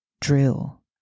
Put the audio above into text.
drill